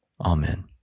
Amen